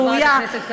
תודה, חברת הכנסת קריב.